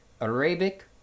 Arabic